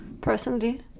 personally